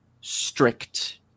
strict